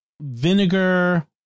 vinegar